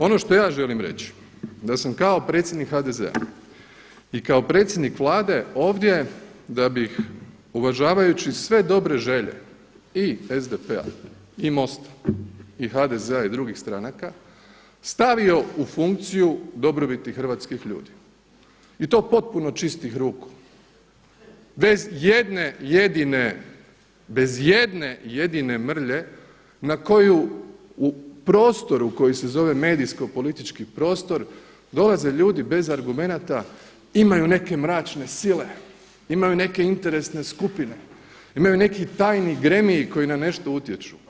Ono što ja želim reći da sam kao predsjednik HDZ-a i kao predsjednik Vlade ovdje da bih uvažavajući sve dobre želje i SDP-a i MOST-a i HDZ-a i drugih stranaka stavio u funkciju dobrobiti hrvatskih ljudi i to potpuno čistih ruku bez jedne jedine, bez jedne jedine mrlje na koju u prostoru koji se zove medijsko politički prostor dolaze ljudi bez argumenata, imaju neke mračne sile, imaju neke interesne skupine, imaju neki tajni gremiji koji na nešto utječu.